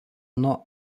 nuo